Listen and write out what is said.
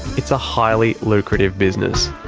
it's a highly lucrative business.